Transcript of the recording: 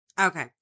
Okay